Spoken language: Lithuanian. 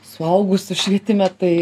suaugusių švietime tai